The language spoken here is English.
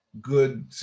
good